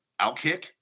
outkick